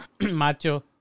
Macho